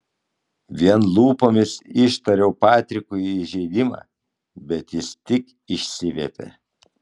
vien lūpomis ištariau patrikui įžeidimą bet jis tik išsiviepė